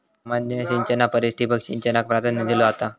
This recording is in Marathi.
सामान्य सिंचना परिस ठिबक सिंचनाक प्राधान्य दिलो जाता